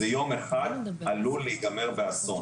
זה יום אחד עלול להיגמר באסון,